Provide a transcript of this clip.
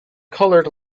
coloured